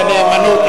את הנאמנות,